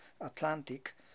Atlantic